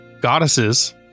goddesses